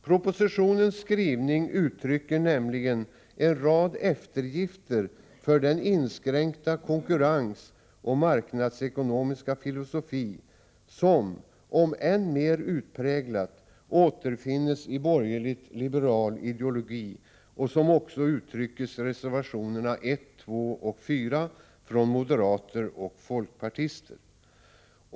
Propositionens skrivning innebär nämligen en rad eftergifter för den inskränkta konkurrensoch marknadsekonomiska filosofi som, om än mer utpräglat, återfinns i borgerligt-liberal ideologi och även uttrycks i reservationerna 1, 2 och 4 från moderater och folkpartister.